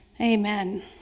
Amen